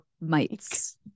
mites